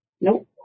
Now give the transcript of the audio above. Nope